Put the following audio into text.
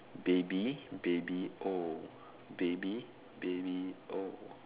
baby baby oh baby baby oh